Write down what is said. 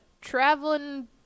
traveling